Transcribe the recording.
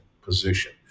position